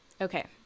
okay